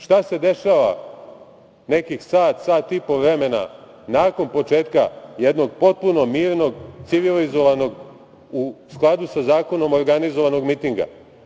Šta se dešava nekih sat, sat i po vremena nakon početka jednog potpuno mirnog, civilizovanog, u skladu sa zakonom organizovanog mitinga?